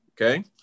Okay